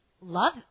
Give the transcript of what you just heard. love